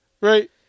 Right